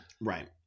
right